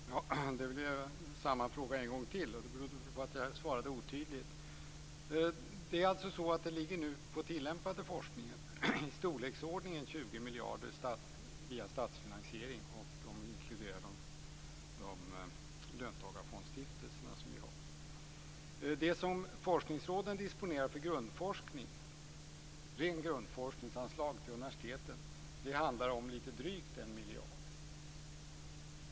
Fru talman! Ja, det blev samma fråga en gång till, och det berodde väl på att jag svarade otydligt. Det är alltså så att det nu på den tillämpade forskningen ligger i storleksordningen 20 miljarder via statsfinansiering och om vi inkluderar de löntagarfondsstiftelser som vi har. Det som forskningsråden disponerar för grundforskning - rena grundforskningsanslag till universiteten - handlar om lite drygt en miljard.